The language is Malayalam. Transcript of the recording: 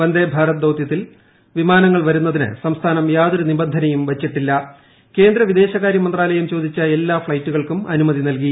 വന്ദേഭാരത് ദൌതൃത്തിൽ വിമാനങ്ങൾ പ്പ്രുന്നതിന് സംസ്ഥാനം യാതൊരു നിബന്ധനയും വച്ചിട്ടീല്ല്ക് കേന്ദ്ര വിദേശകാര്യ മന്ത്രാലയം ചോദിച്ച എല്ലാ ഫ്ട്ക്ളെറ്റുകൾക്കും അനുമതി നൽകി